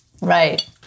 Right